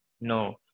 No